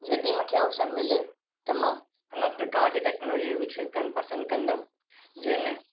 यदि मूंखे अवसरु मिले त मां हिन प्रकार जी टेक्नोलॉजी विकसितु करण पसंदि कंदमि जंहिंमें